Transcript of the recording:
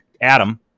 Adam